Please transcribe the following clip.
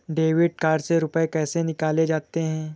Debit card से रुपये कैसे निकाले जाते हैं?